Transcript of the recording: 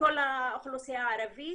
בכל האוכלוסייה הערבית,